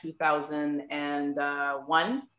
2001